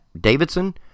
Davidson